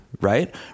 right